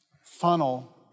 funnel